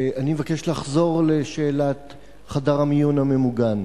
אני מבקש לחזור לשאלת חדר המיון הממוגן.